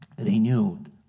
renewed